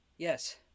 Yes